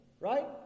right